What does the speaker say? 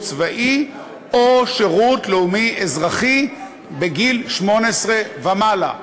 צבאי או שירות לאומי אזרחי בגיל 18 ומעלה.